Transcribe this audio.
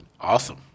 Awesome